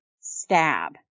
stab